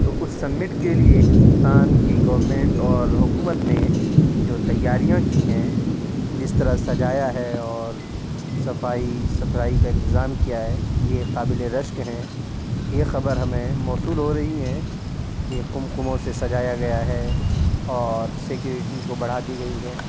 تو اس سمٹ کے لیے ہندوستان کی گورمنٹ اور حکومت نے جو تیاریاں کی ہیں جس طرح سجایا ہے اور صفائی ستھرائی کا انتظام کیا ہے یہ قابل رشک ہیں یہ خبر ہمیں موصول ہو رہی ہیں کہ قمقموں سے سجایا گیا ہے اور سیکیورٹی کو بڑھا دی گئی ہے